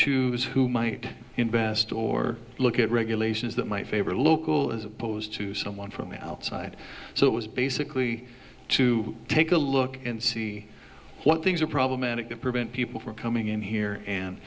choose who might invest or look at regulations that might favor local as opposed to someone from outside so it was basically to take a look and see what things are problematic to prevent people from coming in here and